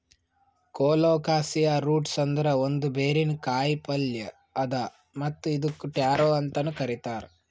colocasia roots ಅಂದುರ್ ಒಂದ್ ಬೇರಿನ ಕಾಯಿಪಲ್ಯ್ ಅದಾ ಮತ್ತ್ ಇದುಕ್ ಟ್ಯಾರೋ ಅಂತನು ಕರಿತಾರ್